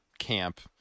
camp